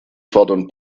fordern